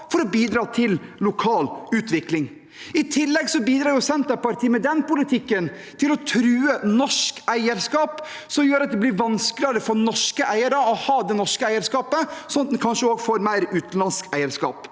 for å bidra til lokal utvikling. I tillegg bidrar Senterpartiet – med den politikken – til å true norsk eierskap, som gjør at det blir vanskeligere for norske eiere å ha det norske eierskapet, sånn at en kanskje også får mer utenlandsk eierskap.